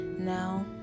now